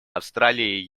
австралией